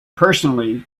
personally